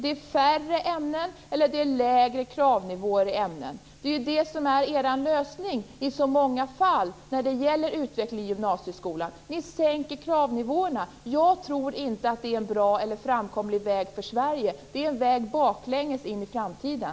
Det är färre ämnen eller lägre kravnivåer i ämnena. Det är ju det som är er lösning i så många fall när det gäller utveckling i gymnasieskolan. Ni sänker kravnivåerna. Jag tror inte att det är en bra eller framkomlig väg för Sverige. Det är en väg baklänges in i framtiden.